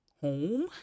home